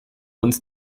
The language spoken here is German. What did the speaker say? uns